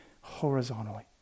horizontally